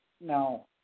No